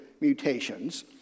mutations